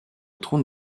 trône